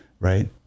Right